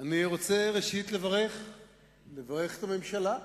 אני רוצה ראשית לברך את הממשלה.